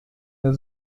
der